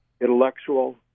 intellectual